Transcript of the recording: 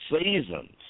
seasons